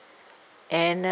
and uh